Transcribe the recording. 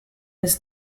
his